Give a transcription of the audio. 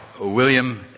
William